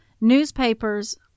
Newspapers